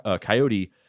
Coyote